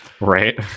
right